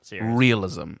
realism